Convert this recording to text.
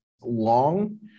long